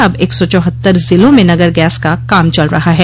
अब एक सौ चौहत्तर जिलों में नगर गैस का काम चल रहा है